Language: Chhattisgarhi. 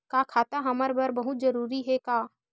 का खाता हमर बर बहुत जरूरी हे का?